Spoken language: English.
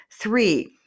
Three